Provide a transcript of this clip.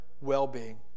well-being